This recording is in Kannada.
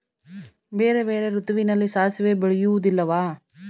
ಬೇರೆ ಬೇರೆ ಋತುವಿನಲ್ಲಿ ಸಾಸಿವೆ ಬೆಳೆಯುವುದಿಲ್ಲವಾ?